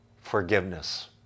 forgiveness